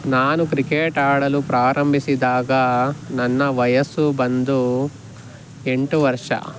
ನಾನು ಕ್ರಿಕೆಟ್ ಆಡಲು ಪ್ರಾರಂಭಿಸಿದಾಗ ನನ್ನ ವಯಸ್ಸು ಬಂದು ಎಂಟು ವರ್ಷ